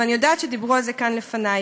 ואני יודעת שדיברו על זה כאן לפני.